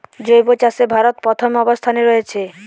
জৈব চাষে ভারত প্রথম অবস্থানে রয়েছে